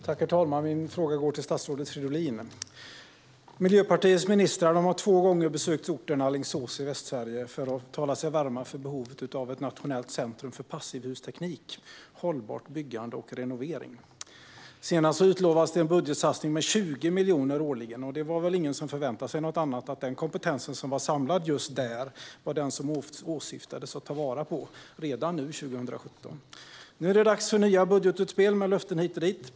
Herr talman! Min fråga går till statsrådet Fridolin. Miljöpartiets ministrar har besökt Alingsås i Västsverige två gånger för att tala sig varma för behovet av ett nationellt centrum för passivhusteknik, hållbart byggande och renovering. Senast utlovades en budgetsatsning på 20 miljoner årligen. Det var väl ingen som trodde något annat än att syftet var att ta vara på den kompetens som var samlad just där, redan nu 2017. Nu är det dags för nya budgetutspel, med löften hit och dit.